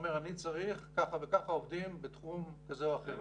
אומר לו שהוא צריך ככה וככה עובדים בתחום כזה או אחר,